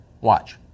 Watch